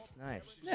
nice